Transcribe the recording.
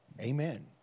amen